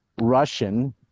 Russian